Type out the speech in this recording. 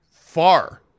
far